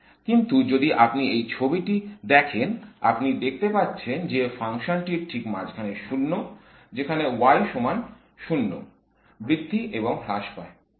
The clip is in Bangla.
কিন্তু যদি আপনি এই ছবিটি দেখেন আপনি দেখতে পাচ্ছেন যে ফাংশনটির ঠিক মাঝখানে 0 যেখানে y সমান 0 বৃদ্ধি এবং হ্রাস পায়